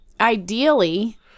ideally